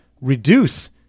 reduce